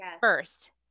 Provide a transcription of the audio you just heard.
first